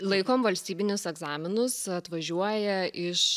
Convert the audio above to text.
laikom valstybinius egzaminus atvažiuoja iš